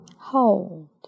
hold